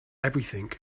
everything